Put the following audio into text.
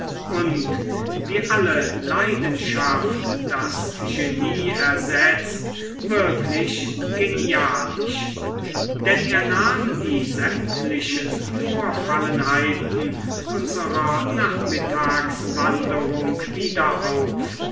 und wie alle leidenschaft das genie ersetzt wirklich genialisch denn er nahm die sämtlichen vorfallenheiten unserer nachmittagswanderung wieder auf